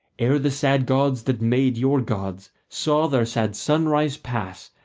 ere the sad gods that made your gods saw their sad sunrise pass,